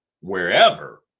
wherever